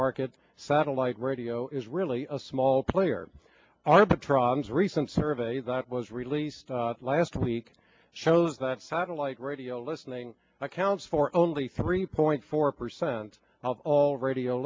market satellite radio is really a small player arbitrages recent survey that was released last week shows that satellite radio listening accounts for only three point four percent of all radio